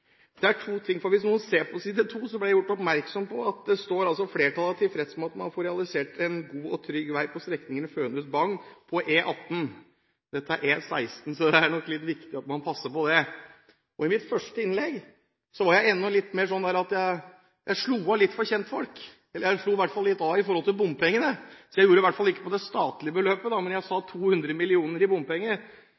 Det er to ting. Jeg ble gjort oppmerksom på at det på side 2 i innstillingen står: «Flertallet er tilfreds med at man får realisert en god og trygg vei på strekningen Fønhus–Bagn på E18 Dette gjelder E16. Det er litt viktig at man passer på det. I mitt første innlegg slo jeg visst av litt for kjentfolk. Jeg slo litt av når det gjelder bompengene – det var iallfall ikke på det statlige beløpet. Jeg sa